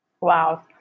Wow